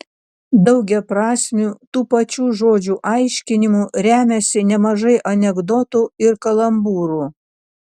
daugiaprasmiu tų pačių žodžių aiškinimu remiasi nemažai anekdotų ir kalambūrų